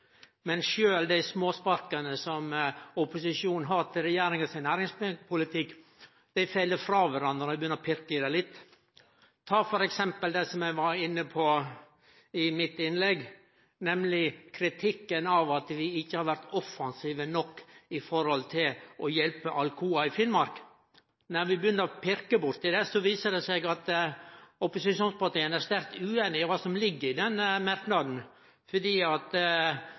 Men sjølv dei småsparka som opposisjonen har til regjeringas næringspolitikk, fell frå kvarandre når ein begynner å pirke litt i dei. Ta f.eks. det eg var inne på i mitt innlegg, nemleg kritikken av at vi ikkje har vore offensive nok for å hjelpe Alcoa i Finnmark. Når vi begynner å pirke bort i det, viser det seg at opposisjonspartia er sterkt ueinige om kva som ligg i denne merknaden.